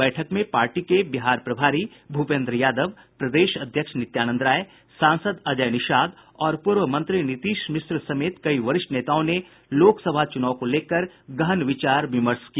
बैठक में पार्टी के बिहार प्रभारी भूपेन्द्र यादव प्रदेश अध्यक्ष नित्यानंद राय सांसद अजय निषाद और पूर्व मंत्री नीतीश मिश्रा समेत कई वरिष्ठ नेताओं ने लोकसभा चुनाव को लेकर गहन विचार विमर्श किया